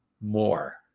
more